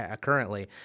currently